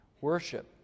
Worship